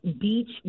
Beach